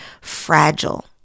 fragile